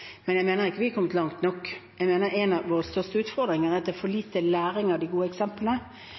men jeg mener vi ikke er kommet langt nok. Jeg mener en av våre største utfordringer er at det er for lite læring av de gode eksemplene.